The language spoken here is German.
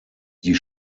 die